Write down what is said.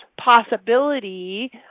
possibility